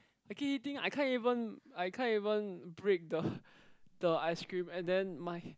I keep eating I can't even I can't even break the the ice cream and then my